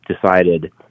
decided